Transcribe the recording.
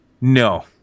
No